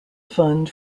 fund